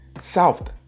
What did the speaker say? south